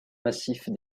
massifs